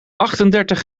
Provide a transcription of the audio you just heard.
achtendertig